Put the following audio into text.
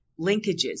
linkages